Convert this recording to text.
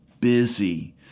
busy